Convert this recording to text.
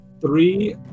three